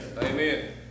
Amen